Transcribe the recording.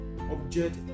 object